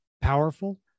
Powerful